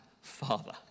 Father